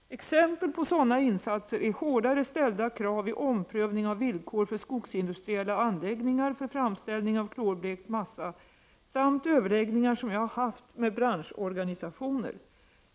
Exempel på sådana insatser är hårdare ställda krav vid omprövning av villkor för skogsindustriella anläggningar för framställning av klorblekt massa samt överläggningar som jag haft med branschorganisationer.